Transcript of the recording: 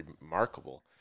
remarkable